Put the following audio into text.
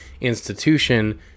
institution